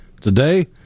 Today